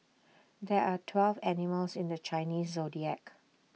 there are twelve animals in the Chinese Zodiac